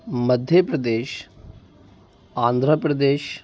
Madhya Pradesh Andhra Pradesh